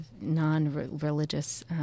non-religious